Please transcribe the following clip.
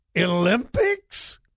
Olympics